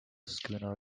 schooner